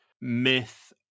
myth